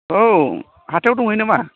औ हाथायाव दंहैयो नामा